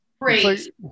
Great